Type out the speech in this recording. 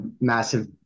massive